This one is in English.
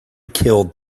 killed